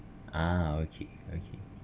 ah okay okay